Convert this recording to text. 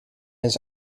his